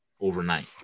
overnight